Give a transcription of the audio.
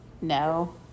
no